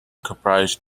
comprised